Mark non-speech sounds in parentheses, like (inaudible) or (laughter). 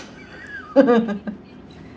(laughs)